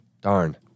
Darn